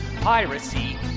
piracy